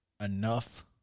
enough